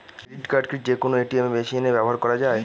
Credit card কি যে কোনো এ.টি.এম মেশিনে ব্যবহার করা য়ায়?